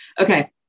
okay